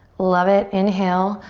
love it. inhale,